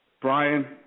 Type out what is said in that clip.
Brian